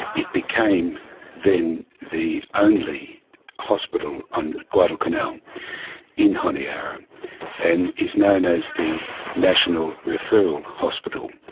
it became then the only hospital on guadalcanal in honiara and is known as the national referral hospital.